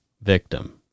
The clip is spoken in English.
victim